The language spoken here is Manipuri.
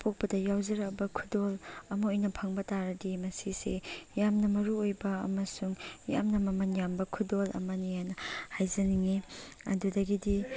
ꯄꯣꯛꯄꯗ ꯌꯥꯎꯖꯔꯛꯂꯕ ꯈꯨꯗꯣꯜ ꯑꯃ ꯑꯣꯏꯅ ꯐꯪꯕ ꯇꯥꯔꯗꯤ ꯃꯁꯤꯁꯦ ꯌꯥꯝꯅ ꯃꯔꯨ ꯑꯣꯏꯕ ꯑꯃꯁꯨꯡ ꯌꯥꯝꯅ ꯃꯃꯟ ꯌꯥꯝꯕ ꯈꯨꯗꯣꯜ ꯑꯃꯅꯦꯅ ꯍꯥꯏꯖꯅꯤꯡꯏ ꯑꯗꯨꯗꯒꯤꯗꯤ